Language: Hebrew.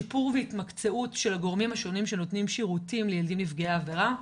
שיפור והתמקצעות של הגורמים השונים שנותנים שירותים לילדים נפגעי עבירה.